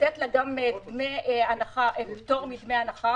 לתת לה פטור מחובת הנחה.